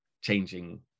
changing